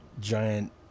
giant